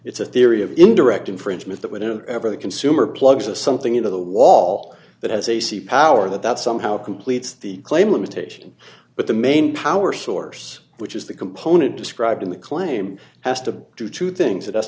it's a theory of indirect infringement that wouldn't ever the consumer plugs a something into the wall that has ac power that that somehow completes the claim limitation but the main power source which is the component described in the claim has to do two things it